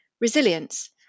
resilience